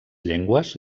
llengües